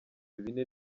bine